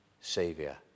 Saviour